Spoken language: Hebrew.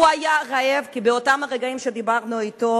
הוא היה רעב כי באותם הרגעים שדיברנו אתו